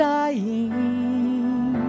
dying